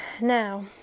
Now